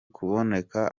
kuboneka